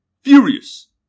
furious